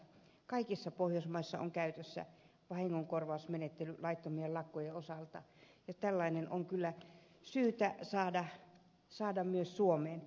kaikissa pohjoismaissa on käytössä vahingonkorvausmenettely laittomien lakkojen osalta ja tällainen on kyllä syytä saada myös suomeen